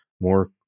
more